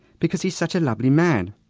because he's such a lovely man!